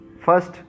first